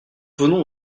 venons